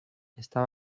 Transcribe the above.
estava